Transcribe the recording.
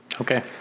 Okay